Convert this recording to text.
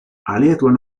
aliatuen